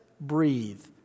breathe